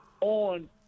on